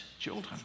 children